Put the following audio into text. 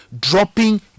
dropping